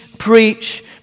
Preach